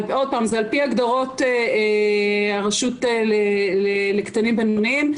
זה על-פי הגדרות הרשות לקטנים ובינוניים,